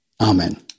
Amen